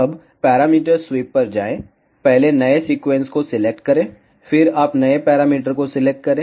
अब parameter sweep पर जाएं पहले नए सीक्वेंस को सिलेक्ट करें फिर आप नए पैरामीटर को सिलेक्ट करें